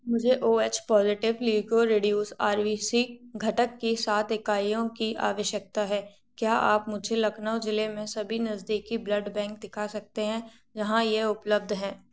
मुझे O H positive leukoreduced R B C घटक की सात इकाइयों की आवश्यकता है क्या आप मुझे लखनऊ ज़िले के सभी नज़दीकी ब्लड बैंक दिखा सकते हैं जहाँ यह उपलब्ध है